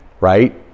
right